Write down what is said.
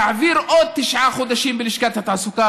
תעביר עוד תשעה חודשים בלשכת התעסוקה,